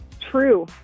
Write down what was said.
True